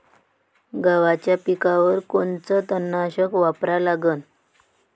गव्हाच्या पिकावर कोनचं तननाशक वापरा लागन?